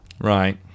Right